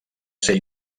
ser